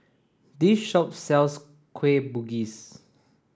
this shop sells Kueh Bugis